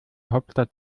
hauptstadt